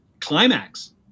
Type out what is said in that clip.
climax